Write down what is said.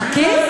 למה הוא, חכי.